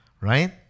right